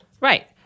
Right